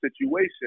situation